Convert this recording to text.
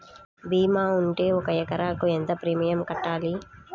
భీమా ఉంటే ఒక ఎకరాకు ఎంత ప్రీమియం కట్టాలి?